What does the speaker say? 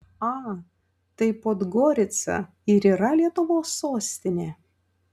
a tai podgorica ir yra lietuvos sostinė